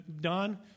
Don